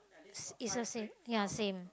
is the same ya same